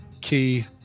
key